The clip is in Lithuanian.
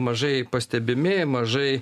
mažai pastebimi mažai